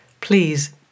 please